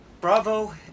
Bravo